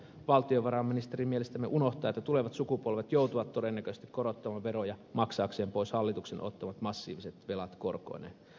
valtiovarainministeri mielestämme unohtaa että tulevat sukupolvet joutuvat todennäköisesti korottamaan veroja maksaakseen pois hallituksen ottamat massiiviset velat korkoineen